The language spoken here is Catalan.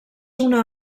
una